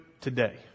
today